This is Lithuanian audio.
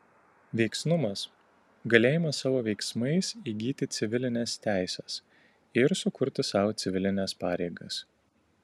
veiksnumas galėjimas savo veiksmais įgyti civilines teises ir sukurti sau civilines pareigas